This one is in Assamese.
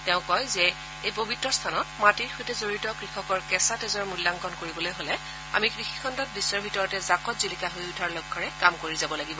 তেওঁ কয় যে এই পবিত্ৰ স্থানত মাটিৰ সৈতে জড়িত কৃষকৰ কেঁচা তেজৰ মুল্যাংকন কৰিবলৈ হলে আমি কৃষিখণ্ডত বিশ্বৰ ভিতৰতে জাকত জিলিকা হৈ উঠাৰ লক্ষ্যৰে কাম কৰিব লাগিব